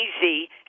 easy